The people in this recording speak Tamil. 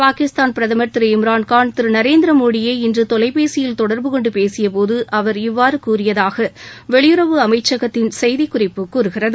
பாகிஸ்தான் பிரதமர் திரு இம்ரான் கான் திரு நரேந்திர மோடியை இன்று தொலைபேசியில் தொடர்பு கொண்டு பேசிய போது அவர் இவ்வாறு கூறியதாக வெளியுறவு அமைச்சகத்தின் செய்திக் குறிப்பு கூறுகிறது